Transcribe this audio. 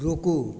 रुकू